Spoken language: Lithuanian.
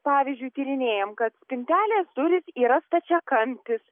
pavyzdžiui tyrinėjam kad spintelėje sūris yra stačiakampis